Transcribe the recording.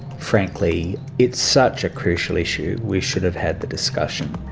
frankly, it's such a crucial issue we should have had the discussion.